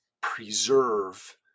preserve